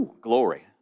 Glory